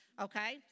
Okay